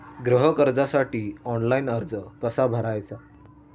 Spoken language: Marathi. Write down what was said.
गृह कर्जासाठी ऑनलाइन अर्ज कसा भरायचा?